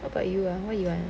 how about you ah what you want